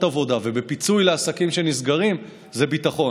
עבודה ובפיצוי לעסקים שנסגרים זה ביטחון,